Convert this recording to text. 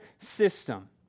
system